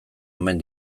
omen